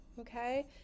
okay